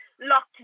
Locked